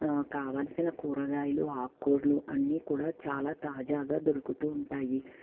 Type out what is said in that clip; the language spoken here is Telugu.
కావలసిన కూరగాయలు ఆకుకూరలు అన్నీ కూడా చాలా తాజాగా దొరుకుతూ ఉంటాయి